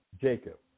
Jacob